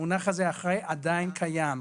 המונח הזה "אחראי" עדיין קיים.